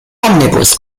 omnibus